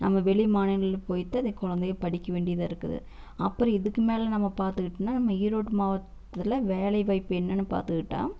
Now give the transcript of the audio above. நம்ம வெளி மாநிலங்களுக்கு போயிட்டு அந்த கொழந்தை படிக்க வேண்டியதாயிருக்குது அப்றம் இதுக்கு மேல் நம்ம பாத்துக்கிட்டோனா நம்ம ஈரோடு மாவட்டத்தில் வேலை வாய்ப்பு என்னன்னு பார்த்துகிட்டா